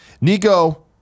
Nico